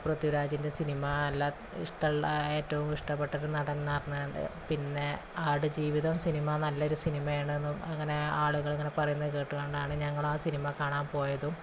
പൃഥ്വിരാജിന്റെ സിനിമ അല്ല ഇഷ്ടൊള്ള ഏറ്റവും ഇഷ്ടപ്പെട്ട ഒരു നടനെന്ന് പറഞ്ഞാണ്ട് പിന്നെ ആട് ജീവിതം സിനിമ നല്ലൊരു സിനിമയാണെന്ന് അങ്ങനെ ആളുകൾ അങ്ങനെ പറയുന്നത് കേട്ടുകൊണ്ടാണ് ഞങ്ങൾ ആ സിനിമ കാണാൻ പോയതും